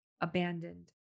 abandoned